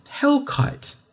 Hellkite